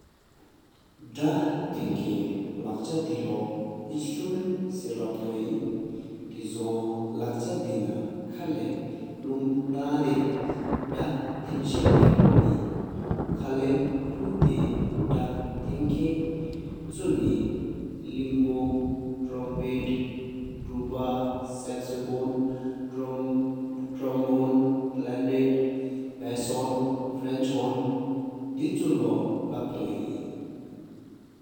ད་ཐེང་ཁེ་ལག་ཅ། ལས་ཆ་སྡེག་པོ་སྣང་གཞན། དེ། ཆེད་གཟུགས་ཐོ་པོ ཨ་ནོས ཅན་མ་ འཇིགས་དམར ཏར་ཏུ་གཉེས་པོ་ཞིབ་དུ་ལེགས་འཛོམ། གཞན་པོ་ལག་ཅག་ལས་ཆ་རྙོག་རྙོག་ཆ། ཆྐུ་ཧི་གཡས་བསྐོར་སྦྲོ འའད་འོ་ མུ་གཞི། ལས་ང་ཡི་རྨི་བ། ལེགས་སྐུར་ཁ་སྐྱོཇེ། ཁ་ལས་ཕུའི་ད་ཐང་ཁ་ཆུ་མེ་ལིང་བུ། ཀྲེན་པེའི། ང་ཇིཿ་འོད། ཇིཿ་ལྟག་འཕྲིག་ལྦེ་ཝཱི་རགས་འདབ།